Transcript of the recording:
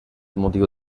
motiu